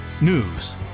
news